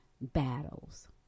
battles